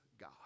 God